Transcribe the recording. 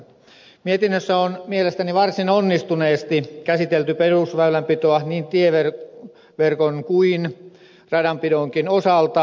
mietinnössä on mielestäni varsin onnistuneesti käsitelty perusväylänpitoa niin tieverkon kuin radanpidonkin osalta